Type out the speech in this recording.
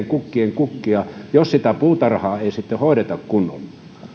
kukkien kukkia jos sitä puutarhaa ei sitten hoideta kunnolla